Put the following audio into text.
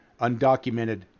undocumented